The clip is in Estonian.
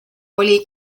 oli